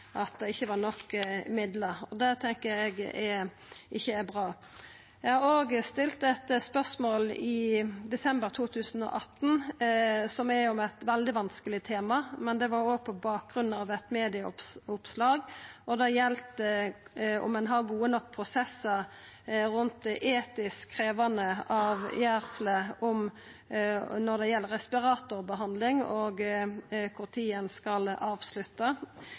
at det ikkje var nok midlar. Det tenkjer eg ikkje er bra. Eg stilte eit spørsmål i desember 2018 om eit veldig vanskeleg tema, det var òg på bakgrunn av eit medieoppslag. Det galdt om ein har gode nok prosessar rundt det etisk krevjande når det gjeld avgjersle om når ein skal avslutta respiratorbehandling.